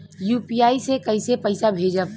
UPI से कईसे पैसा भेजब?